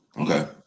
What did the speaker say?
Okay